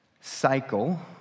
cycle